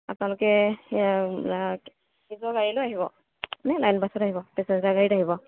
আপোনালোকে নিজৰ গাড়ী লৈ আহিব নে লাইন বাছত আহিব পেছেঞ্জাৰ গাড়ীত আহিব